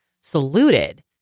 saluted